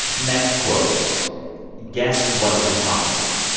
next quote guess what we're talking about.